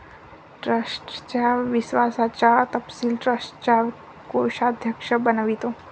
ट्रस्टच्या विश्वासाचा तपशील ट्रस्टचा कोषाध्यक्ष बनवितो